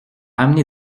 amené